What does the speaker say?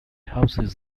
houses